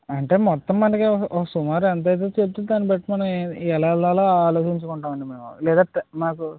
అంటే మొత్తం మనకి ఓ సుమారు ఎంత అవుతుందో చెప్తే దాన్ని బట్టి ఏ ఎలాగోలో ఆలోచించుకుంటాం అండి మేము లేదా తెల్ మాకు